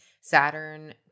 Saturn